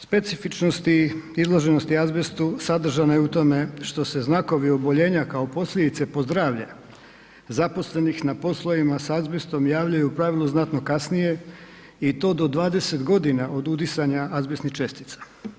Specifičnosti izloženosti azbestu sadržana je u tome što se znakovi oboljenja kao posljedice po zdravlje zaposlenih na poslovima sa azbestom javljaju u pravilu znatno kasnije i to od 20 godina od udisanja azbestnih čestica.